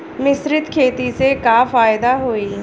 मिश्रित खेती से का फायदा होई?